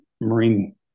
Marine